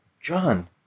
John